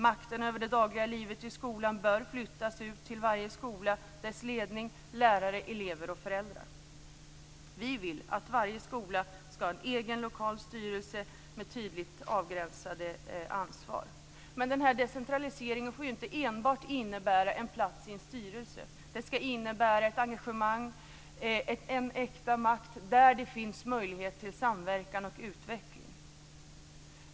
Makten över det dagliga livet vid skolan bör flyttas ut till varje skola, dess ledning, lärare, elever och föräldrar. Vi vill att varje skola skall ha en egen lokal styrelse med ett tydligt avgränsat ansvar. Men den här decentraliseringen får inte enbart innebära att man får en plats i en styrelse. Den skall innebära ett engagemang och en äkta makt där det finns möjlighet till samverkan och utveckling.